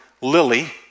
Lily